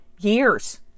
years